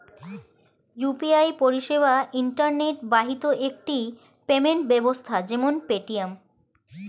UPI পরিষেবা internet বাহিত একটি পেমেন্ট ব্যবস্থা যেমন পেটিএম